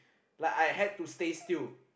like I had to stay still